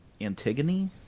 Antigone